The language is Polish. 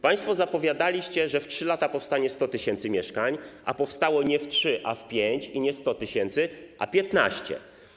Państwo zapowiadaliście, że w 3 lata powstanie 100 tys. mieszkań, a powstało nie w 3, a w 5 i nie 100 tys., a 15.